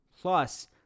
Plus